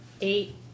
Eight